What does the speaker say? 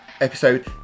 episode